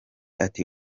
ati